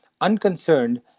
unconcerned